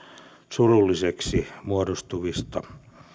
surullisiksi muodostuvista